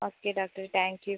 okay doctor thank you